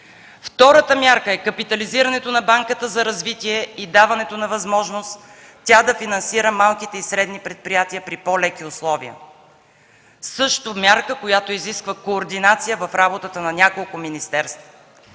Втората мярка е капитализирането на Банката за развитие и даването на възможност тя да финансира малките и средни предприятия при по-леки условия. Мярка, която също изисква координация в работата на няколко министерства.